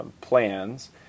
plans